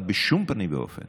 אבל בשום פנים ואופן